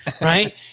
Right